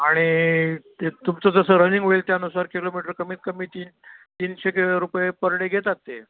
आणि ते तुमचं जसं रनिंग होईल त्यानुसार किलोमीटर कमीत कमी तीन तीनशे क रुपये पर डे घेतात ते